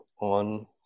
on